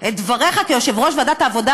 את דבריך כיושב-ראש ועדת העבודה,